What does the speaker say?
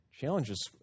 challenges